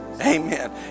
Amen